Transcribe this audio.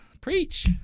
preach